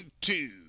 two